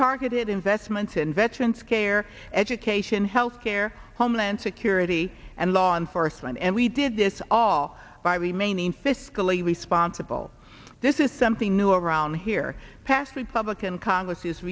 targeted investments in veterans care education health care homeland security and law fourth line and we did this all by remaining fiscally responsible this is something new around here past republican congress